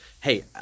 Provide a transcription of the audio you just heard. hey